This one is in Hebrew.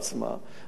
אני מכיר זירות,